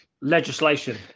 Legislation